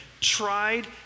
tried